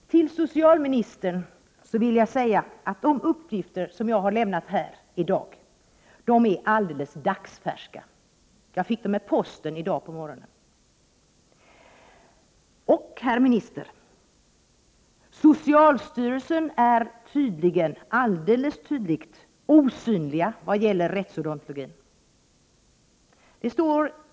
Herr talman! Till socialministern vill jag säga att de uppgifter som jag har lämnat här i dag är alldeles dagsfärska. Jag fick dem med posten i dag på morgonen. Herr minister! Socialstyrelsens representanter är tydligen helt osynliga när det gäller rättsodontologin.